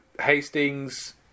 Hastings